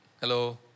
Hello